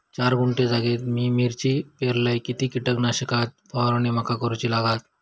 चार गुंठे जागेत मी मिरची पेरलय किती कीटक नाशक ची फवारणी माका करूची लागात?